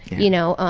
you know,